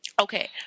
Okay